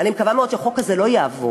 אני מקווה מאוד שהחוק הזה לא יעבור.